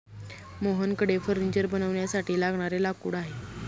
मोहनकडे फर्निचर बनवण्यासाठी लागणारे लाकूड आहे